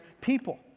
people